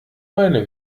meine